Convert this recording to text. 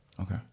Okay